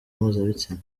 mpuzabitsina